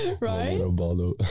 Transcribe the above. right